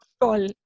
Call